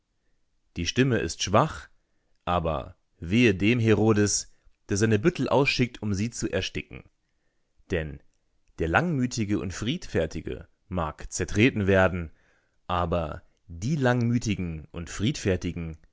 die stimme ist schwach aber wehe dem herodes der seine büttel ausschickt um sie zu ersticken denn der langmütige und friedfertige mag zertreten werden aber die langmütigen und friedfertigen